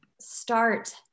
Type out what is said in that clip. start